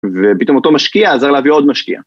ופתאום אותו משקיע עזר להביא עוד משקיע.